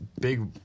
big